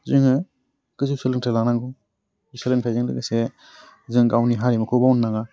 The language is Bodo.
जोङो गोजौ सोलोंथाइ लानांगौ सोलोंथाइजों लोगोसे जों गावनि हारिमुखौ बावनो नाङा